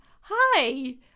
hi